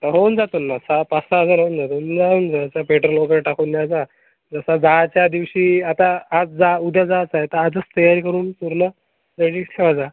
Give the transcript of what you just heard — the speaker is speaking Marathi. तर होऊन जातील सहा पाच सहा हजार होऊन पेट्रोल वगैरे टाकून द्यायचा जसा जायच्या दिवशी आता आज जा उद्या जायचं आहे तर आजच तयारी करून पूर्ण रेडी ठेवायचा